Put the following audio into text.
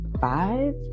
five